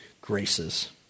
graces